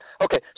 Okay